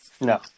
No